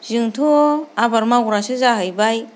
जोंथ' आबाद मावग्रासो जाहैबाय